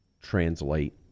translate